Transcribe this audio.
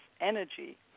energy